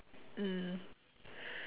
mm